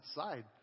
outside